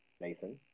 Nathan